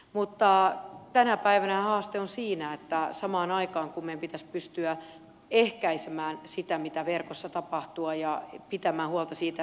mutta tänä päivänä haaste on siinä että samaan aikaan kun meidän pitäisi pystyä ehkäisemään sitä mitä verkossa tapahtuu ja pitämään huolta siitä